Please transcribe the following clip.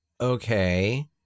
Okay